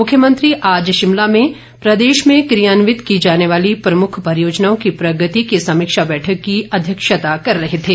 मुख्यमंत्री आज शिमला में प्रदेश में कियान्वित की जाने वाली प्रमुख परियोजनाओं की प्रगति की समीक्षा बैठक की ैअध्यक्षता कर रहे थे